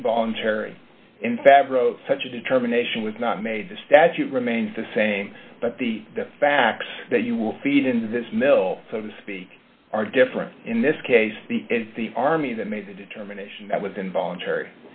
d such a determination was not made the statute remains the same but the facts that you will feed into this mill so to speak are different in this case the army that made the determination that with involuntary